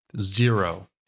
Zero